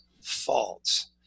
false